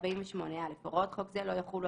"סייגים לתחולה 48.(א)הוראות חוק זה לא יחולו